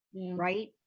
right